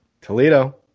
Toledo